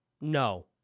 no